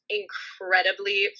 incredibly